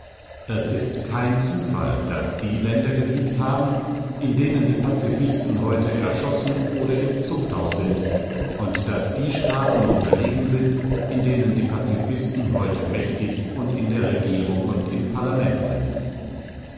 es ist kein zufall daß die länder gesiegt haben in denen die pazifisten heute erschossen oder im zuchthaus sind und daß die staaten unterlegen sind in denen die pazifisten heute mächtig und in der regierung und im parlament sind